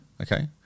Okay